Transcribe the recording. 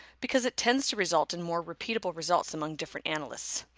because it tends to result in more repeatable results among different analysts.